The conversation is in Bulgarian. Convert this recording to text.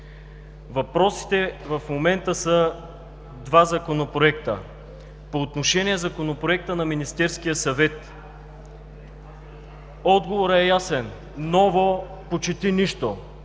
Въпросите в момента са в два законопроекта. По отношение Законопроекта на Министерския съвет, отговорът е ясен – почти нищо